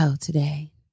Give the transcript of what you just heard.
today